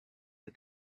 the